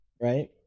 right